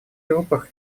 группах